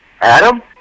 Adam